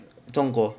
中国